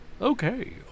Okay